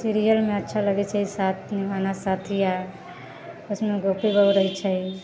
सीरियलमे अच्छा लगै छै साथ निभाना साथिया उसमे ओहिमे गोपी बहू रहै छै